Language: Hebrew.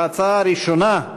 ההצעה הראשונה: